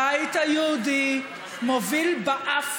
הבית היהודי מוביל באף